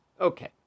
Okay